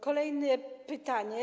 Kolejne pytanie.